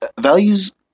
values